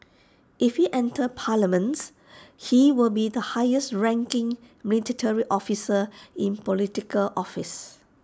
if he enters parliament he will be the highest ranking military officer in Political office